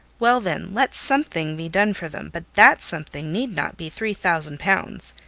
well, then, let something be done for them but that something need not be three thousand pounds.